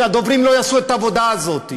שהדוברים לא יעשו את העבודה הזאת.